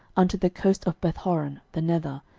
unto the coast of bethhoron the nether,